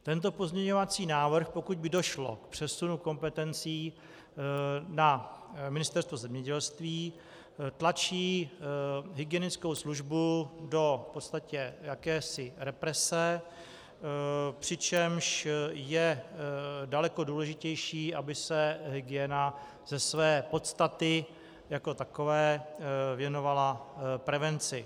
Tento pozměňovací návrh, pokud by došlo k přesunu kompetencí na Ministerstvo zemědělství, tlačí hygienickou službu do v podstatě jakési represe, přičemž je daleko důležitější, aby se hygiena ze své podstaty jako takové věnovala prevenci.